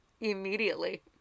Immediately